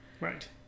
Right